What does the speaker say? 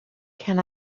can